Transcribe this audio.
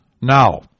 Now